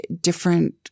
different